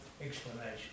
explanation